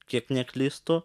kiek neklystu